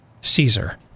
Caesar